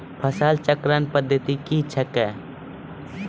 फसल चक्रण पद्धति क्या हैं?